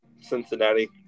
Cincinnati